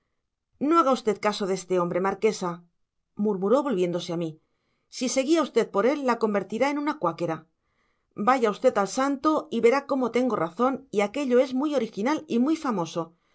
no haga usted caso de este hombre marquesa murmuró volviéndose a mí si se guía usted por él la convertirá en una cuákera vaya usted al santo y verá cómo tengo razón y aquello es muy original y muy famoso